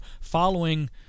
following